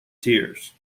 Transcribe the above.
tiers